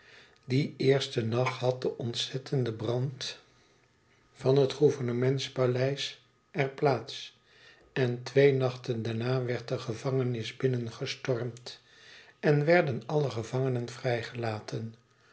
dien eersten nacht had de ontzettende brand van het gouvernements paleis er plaats en twee nachten daarna werd de gevangenis binnengestormd en werden alle gevangenen